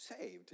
saved